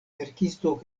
verkisto